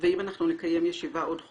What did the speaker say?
ואם אנחנו נקיים ישיבה עוד חודשיים,